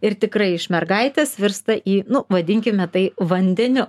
ir tikrai iš mergaitės virsta į nu vadinkime tai vandeniu